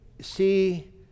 see